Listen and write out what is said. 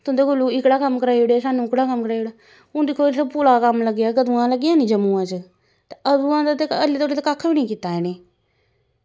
तुंदे कोला एह्कड़ा कम्म कराई ओड़ेआ सानूं ओह्कड़ा कम्म कराई ओड़ो हून दिक्खो पुला दा कम्म लग्गे दा कदूं दा लग्गी आ नी जम्मुऐ च ते अदुआं दा ते हाली तक कक्ख बी निं कीता ऐ